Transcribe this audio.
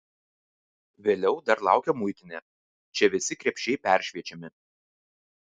vėliau dar laukia muitinė čia visi krepšiai peršviečiami